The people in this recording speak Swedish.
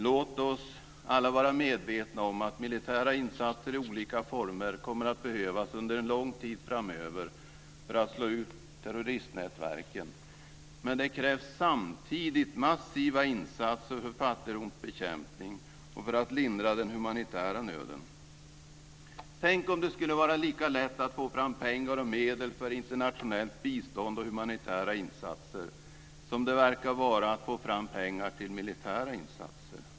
Låt oss alla vara medvetna om att militära insatser i olika former kommer att behövas under en lång tid framöver för att slå ut terroristnätverken. Men det krävs samtidigt massiva insatser för fattigdomsbekämpning och för att lindra den humanitära nöden. Tänk om det skulle vara lika lätt att få fram pengar och medel för internationellt bistånd och humanitära insatser som det verkar vara att få fram pengar till militära insatser.